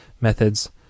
methods